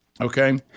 Okay